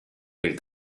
del